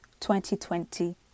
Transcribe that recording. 2020